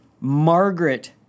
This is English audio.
Margaret